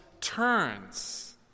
turns